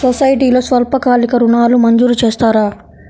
సొసైటీలో స్వల్పకాలిక ఋణాలు మంజూరు చేస్తారా?